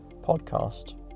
podcast